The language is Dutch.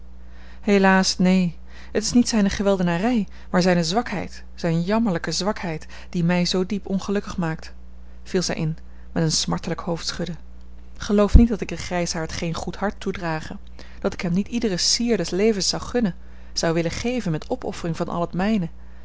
helaas neen het is niet zijne geweldenarij maar zijne zwakheid zijne jammerlijke zwakheid die mij zoo diep ongelukkig maakt viel zij in met een smartelijk hoofdschudden geloof niet dat ik den grijsaard geen goed hart toedrage dat ik hem niet iedere sier des levens zou gunnen zou willen geven met opoffering van al het mijne